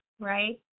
right